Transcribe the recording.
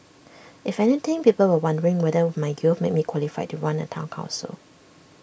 if anything people were wondering whether my youth made me qualified to run A Town Council